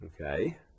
okay